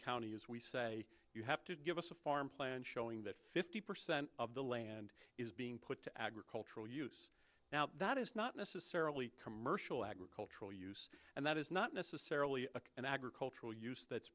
county is we say you have to give us a farm plan showing that fifty percent of the land is being put to agricultural use now that is not necessarily commercial agriculture and that is not necessarily an agricultural use that